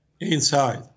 inside